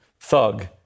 thug